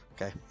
Okay